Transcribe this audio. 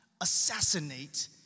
Assassinate